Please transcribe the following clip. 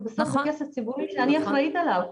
ובסוף זה כסף ציבורי שאני אחראית עליו,